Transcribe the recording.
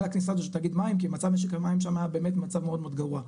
הכניסה הזאת לתאגיד מים כי מצב משק המים שם היה באמת במצב מאוד מאוד גרוע.